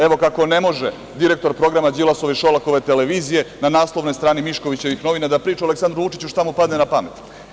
Evo kako ne može direktor programa Đilasove i Šolakove televizije na naslovnoj strani Miškovićevih novina da priča o Aleksandru Vučiću šta mu padne na pamet.